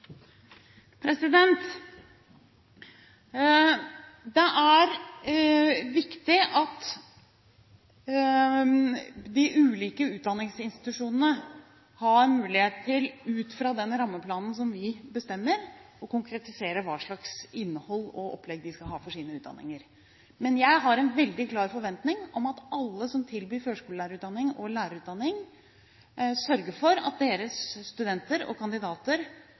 Det er viktig at de ulike utdanningsinstitusjonene har mulighet til, ut fra den rammeplanen som vi bestemmer, å konkretisere hva slags innhold og opplegg de skal ha for sine utdanninger. Men jeg har en veldig klar forventning om at alle som tilbyr førskolelærerutdanning og lærerutdanning, sørger for at deres studenter og kandidater